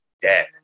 dead